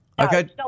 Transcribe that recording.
Okay